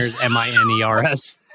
M-I-N-E-R-S